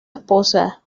esposa